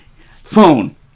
phone